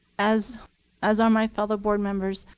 as as are my fellow board members,